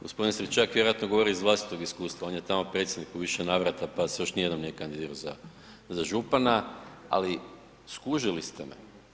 G. Stričak vjerovatno govori iz vlastitog iskustva, on je tamo predsjednik u više navrata pa se još nijednom nije kandidirao za župana ali skužili ste me.